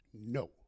no